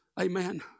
Amen